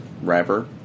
rapper